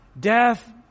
Death